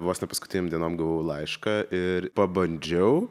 vos ne paskutinėm dienom gavau laišką ir pabandžiau